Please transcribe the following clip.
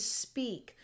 speak